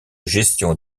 gestion